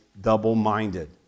double-minded